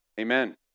Amen